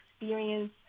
experience